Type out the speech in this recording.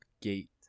gate